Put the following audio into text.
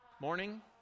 morning